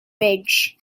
ridge